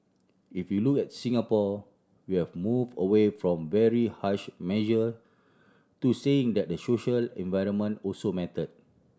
if you look at Singapore we have move away from very harsh measure to saying that the social environment also matter